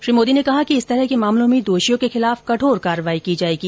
श्री मोदी ने कहा कि इस तरह के मामलों में दोषियों के खिलाफ कठोर कार्रवाई की जाएगी